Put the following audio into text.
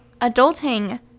adulting